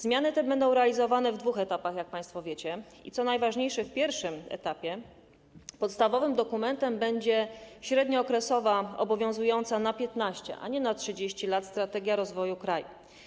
Zmiany te będą realizowane w dwóch etapach, jak państwo wiecie, i co najważniejsze, w pierwszym etapie podstawowym dokumentem będzie średniookresowa obowiązująca na 15 lat, a nie na 30 lat, strategia rozwoju kraju.